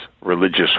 religious